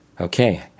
okay